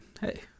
Hey